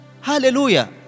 Hallelujah